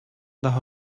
daha